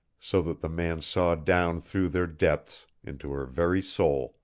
so that the man saw down through their depths into her very soul.